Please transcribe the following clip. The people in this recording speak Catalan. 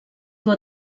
dur